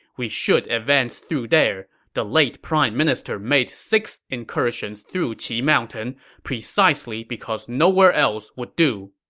we should advance through there. the late prime minister made six incursions through qi mountain precisely because nowhere else would do.